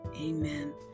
amen